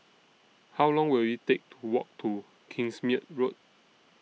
How Long Will IT Take to Walk to Kingsmead Road